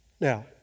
Now